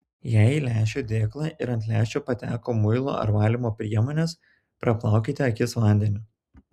jei į lęšių dėklą ir ant lęšių pateko muilo ar valymo priemonės praplaukite akis vandeniu